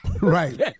Right